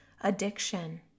Addiction